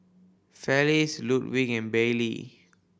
Felice Ludwig and Bailee